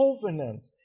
covenant